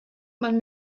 man